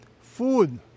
food